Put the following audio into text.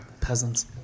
Peasants